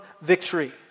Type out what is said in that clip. victory